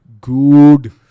good